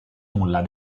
nulla